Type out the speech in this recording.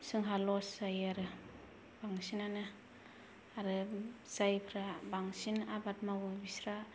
जोंहा लस जायो आरो बांसिनानो आरो जायफ्रा बांसिन आबाद मावो बिस्रा